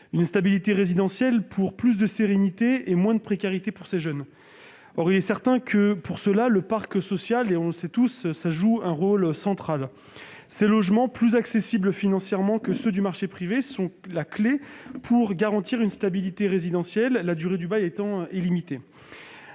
une stabilité résidentielle pour plus de sérénité et moins de précarité. Pour cela, nous le savons tous, le parc social joue un rôle central. Les logements, plus accessibles financièrement que ceux du marché privé, sont la clé pour garantir une stabilité résidentielle, la durée du bail étant illimitée.